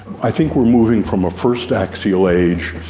i think we're moving from a first axial age,